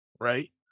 Right